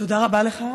תודה רבה לך.